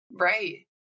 Right